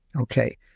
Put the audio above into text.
Okay